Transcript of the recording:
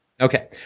Okay